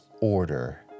order